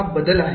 हा बदल आहे